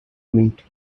meat